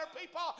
people